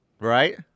right